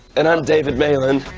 and i'm david malan.